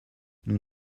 nous